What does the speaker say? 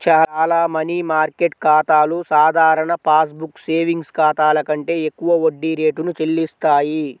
చాలా money market ఖాతాలు సాధారణ పాస్ బుక్ సేవింగ్స్ ఖాతాల కంటే ఎక్కువ వడ్డీ రేటును చెల్లిస్తాయి